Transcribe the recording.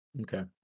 Okay